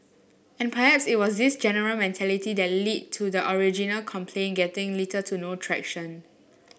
and perhaps it was this general mentality that lead to the original complaint getting little to no traction